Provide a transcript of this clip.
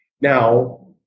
Now